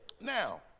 Now